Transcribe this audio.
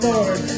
Lord